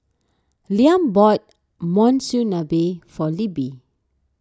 Liam bought Monsunabe for Libby